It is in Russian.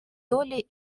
долли